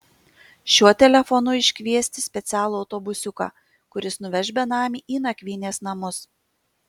šiuo telefonu iškviesti specialų autobusiuką kuris nuveš benamį į nakvynės namus